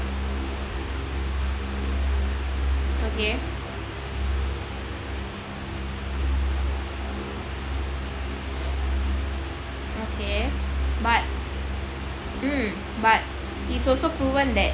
okay okay but mm but it's also proven that